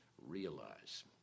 realize